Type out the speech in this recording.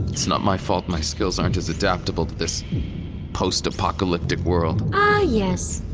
it's not my fault my skills aren't as adaptable to this post-apocalyptic world yes.